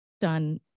done